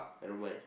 I don't mind